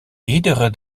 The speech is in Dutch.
iedere